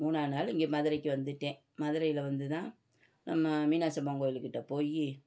மூணாம் நாள் இங்கே மதுரைக்கு வந்துவிட்டேன் மதுரையில் வந்து தான் நம்ம மீனாட்சி அம்மன் கோயில்க் கிட்டே போய்